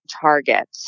target